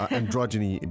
androgyny